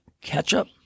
ketchup